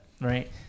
right